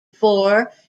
four